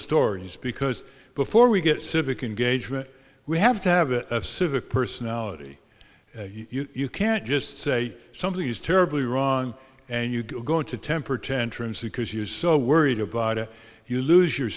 stories because before we get civic engagement we have to have it of civic personality you can't just say something is terribly wrong and you go into temper tantrums because you so worried about it you lose your